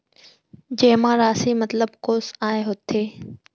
जेमा राशि मतलब कोस आय होथे?